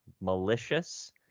malicious